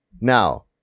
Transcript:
Now